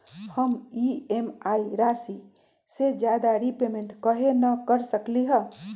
हम ई.एम.आई राशि से ज्यादा रीपेमेंट कहे न कर सकलि ह?